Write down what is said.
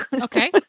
Okay